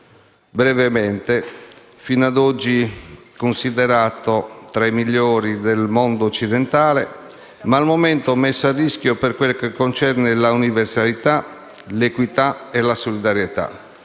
nazionale. Fino ad oggi considerato tra i migliori del mondo occidentale, esso è però messo a rischio per quel che concerne l'universalità, l'equità e la solidarietà,